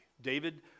David